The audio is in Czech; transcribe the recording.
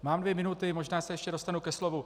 Mám dvě minuty, možná se ještě dostanu ke slovu.